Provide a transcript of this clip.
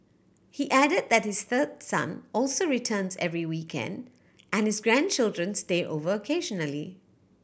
he added that his third son also returns every weekend and his grandchildren stay over occasionally